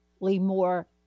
more